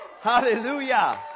Hallelujah